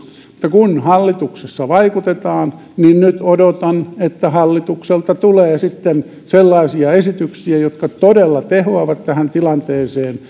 kun hallituksessa vaikutetaan niin nyt odotan että hallitukselta tulee sitten sellaisia esityksiä jotka todella tehoavat tähän tilanteeseen